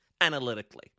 analytically